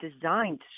designed